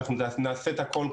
אנחנו נעשה את הכול,